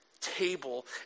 table